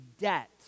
debt